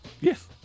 Yes